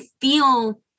feel